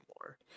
more